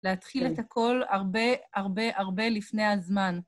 להתחיל את הכל הרבה הרבה הרבה לפני הזמן.